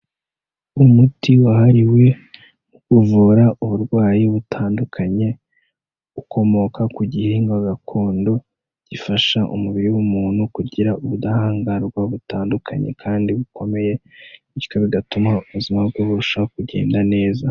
Umuti wahariwe kuvura uburwayi butandukanye, ukomoka ku gihingwa gakondo gifasha umubiri w'umuntu kugira ubudahangarwa butandukanye kandi bukomeye, bityo bigatuma ubuzima bwe burushaho kugenda neza.